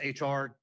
HR